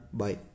bye